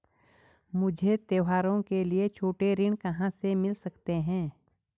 मुझे त्योहारों के लिए छोटे ऋण कहाँ से मिल सकते हैं?